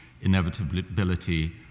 inevitability